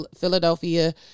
Philadelphia